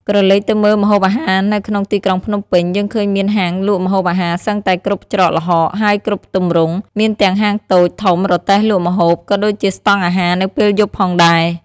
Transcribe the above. ក្រឡេកទៅមើលម្ហូបអាហារនៅក្នុងទីក្រុងភ្នំពេញ យើងឃើញមានហាងលក់ម្ហូបអាហារសឹងតែគ្រប់ច្រកល្ហក ហើយគ្រប់ទម្រង់ មានទាំងហាងតូច ធំ រទេះលក់ម្ហូប ក៏ដូចជាស្តង់អាហារនៅពេលយប់ផងដែរ។